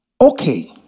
Okay